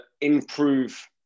improve